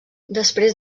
després